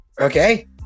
Okay